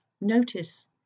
notice